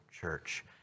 church